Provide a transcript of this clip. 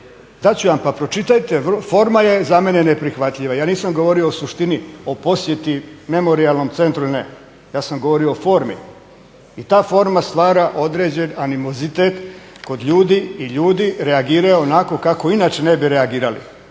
dat ću vam pa pročitajte, forma je za mene neprihvatljiva. Ja nisam govorio o suštini o posjeti Memorijalnom centru ne, ja sam govorio o formi i ta forma stvara određeni animozitet kod ljudi i ljudi reagiraju onako kako inače ne bi reagirali.